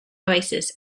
oasis